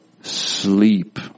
sleep